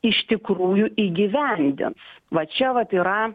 iš tikrųjų įgyvendins va čia vat yra